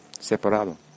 separado